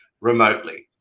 remotely